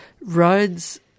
Roads